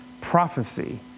prophecy